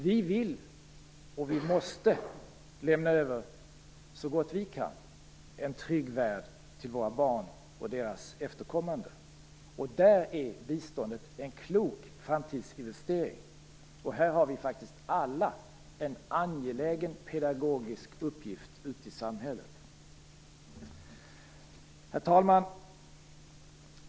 Vi vill och vi måste lämna över, så gott vi kan, en trygg värld till våra barn och deras efterkommande. Där är biståndet en klok framtidsinvestering. Har vi alla en angelägen pedagogisk uppgift i samhället. Herr talman!